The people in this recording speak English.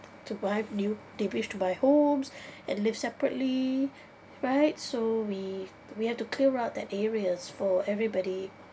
to buy new they wish to buy homes and live separately right so we we have to clear out that areas for everybody